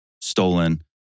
stolen